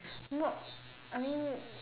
not I mean